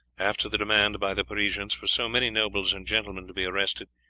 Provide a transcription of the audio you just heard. after the demand by the parisians for so many nobles and gentlemen to be arrested,